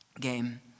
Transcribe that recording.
game